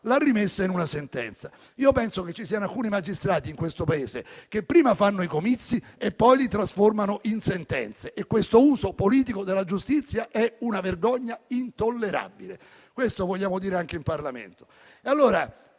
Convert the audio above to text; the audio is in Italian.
l'ha rimessa in una sentenza. Io penso che ci siano alcuni magistrati in questo Paese che prima fanno i comizi e poi li trasformano in sentenze, e questo uso politico della giustizia è una vergogna intollerabile. Questo vogliamo dire anche in Parlamento.